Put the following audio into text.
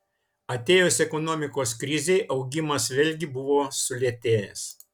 atėjus ekonomikos krizei augimas vėlgi buvo sulėtėjęs